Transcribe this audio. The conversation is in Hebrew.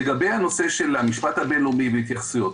לגבי הנושא של המשפט הבין-לאומי והתייחסויות.